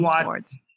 sports